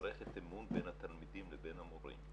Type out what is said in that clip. בועטת ונמצאת בתוכה מעבר ללגיטימציה שהיא מקבלת עם כל הדברים שאת